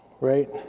Right